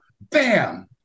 bam